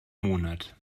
monat